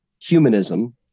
humanism